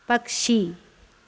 പക്ഷി